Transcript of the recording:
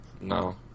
No